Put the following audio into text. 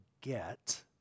get